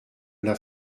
l’a